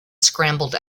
scrambled